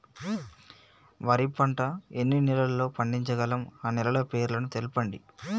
వరి పంట ఎన్ని నెలల్లో పండించగలం ఆ నెలల పేర్లను తెలుపండి?